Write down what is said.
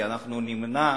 כי אנחנו נמנע